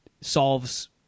solves